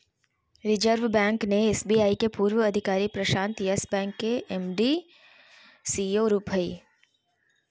reserve Bank ने SBI के पूर्व अधिकारी प्रशांत यस बैंक के एम.डी, सी.ई.ओ रूप हइ